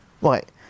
right